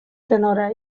tenora